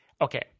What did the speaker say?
okay